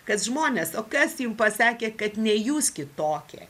kas žmonės o kas jum pasakė kad ne jūs kitokie